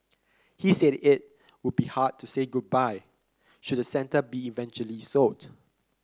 he said it would be hard to say goodbye should the centre be eventually sold